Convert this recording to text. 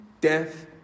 death